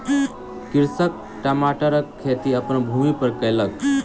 कृषक टमाटरक खेती अपन भूमि पर कयलक